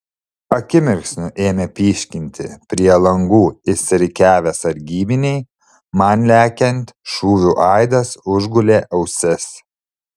akimirksniu ėmė pyškinti prie langų išsirikiavę sargybiniai man lekiant šūvių aidas užgulė ausis